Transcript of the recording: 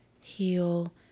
heal